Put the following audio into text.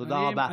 תודה רבה.